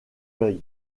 l’œil